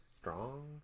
strong